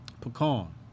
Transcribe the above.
Pecan